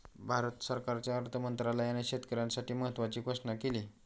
भारत सरकारच्या अर्थ मंत्रालयाने शेतकऱ्यांसाठी महत्त्वाची घोषणा केली